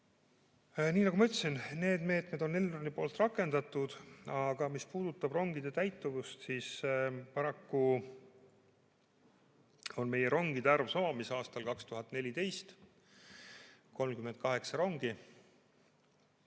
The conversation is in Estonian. Nii nagu ma ütlesin, need meetmed on Elroni poolt rakendatud, aga mis puudutab rongide täitumust, siis paraku on meie rongide arv sama mis aastal 2014: 38 rongi.